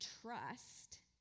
trust